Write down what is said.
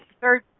third